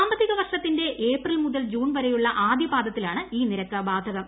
സാമ്പത്തിക വർഷത്തിന്റെ ഏപ്രിൽ മുതൽ ജൂൺ വരെയുള്ള ്ആദ്യ പാദത്തിലാണ് ഈ നിരക്ക് ബാധകം